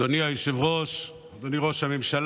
אדוני היושב-ראש, אדוני ראש הממשלה,